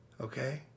Okay